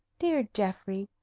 dear geoffrey,